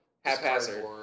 haphazard